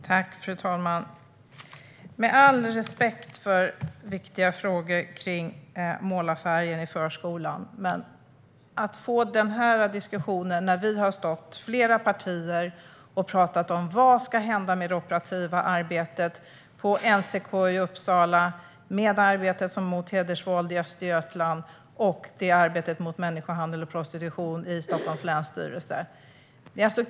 Fru talman! Med all respekt för viktiga frågor om målarfärg i förskolan, men ska vi ha denna diskussion när flera partier har frågat vad som ska hända med det operativa arbetet på NCK i Uppsala, med arbetet mot hedersvåld i Östergötland och med arbetet mot människohandel och prostitution i Stockholms länsstyrelse?